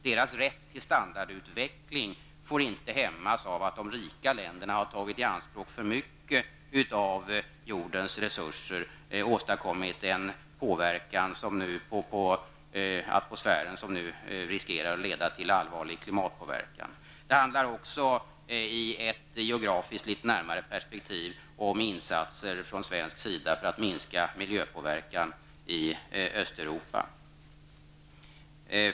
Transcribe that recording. Deras rätt till standardutveckling får inte hämmas av att de rika länderna har tagit i anspråk för mycket av jordens resurser och åstadkommit en påverkan på atmosfären som nu riskerar att leda till allvarlig klimatpåverkan. Det handlar också, i ett geografiskt litet närmare perspektiv, om insatser från svensk sida för att minska miljöpåverkan i Östeuropa.